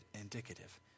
indicative